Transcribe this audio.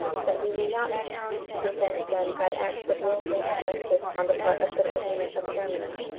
that we may not be challenged to defend them by acts of willful injustice on the part of the government of germany.